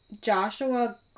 Joshua